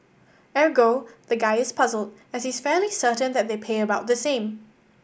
ergo the guy is puzzled as he's fairly certain that they pay about the same